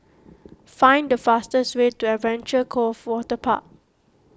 find the fastest way to Adventure Cove Waterpark